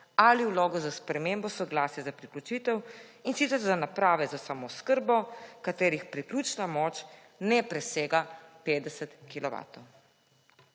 ali vlogo za spremembo soglasja za priključitev, in sicer za naprave za samooskrbo, katerih priključna moč ne presega 50